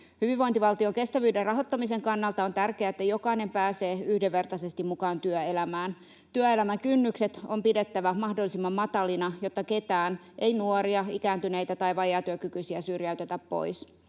Hyvinvointivaltion kestävyyden rahoittamisen kannalta on tärkeää, että jokainen pääsee yhdenvertaisesti mukaan työelämään. Työelämän kynnykset on pidettävä mahdollisimman matalina, jotta ketään — ei nuoria, ikääntyneitä tai vajaatyökykyisiä — syrjäytetä pois.